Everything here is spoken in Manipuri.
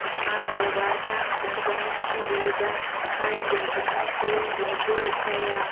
ꯏꯃꯥ ꯕꯕꯥꯅ ꯑꯣꯖꯥ ꯒꯨꯔꯨꯗ ꯍꯥꯏꯖꯗꯨꯅꯁꯨ ꯖꯒꯣꯏ ꯀꯌꯥ